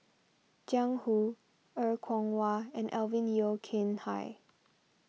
Jiang Hu Er Kwong Wah and Alvin Yeo Khirn Hai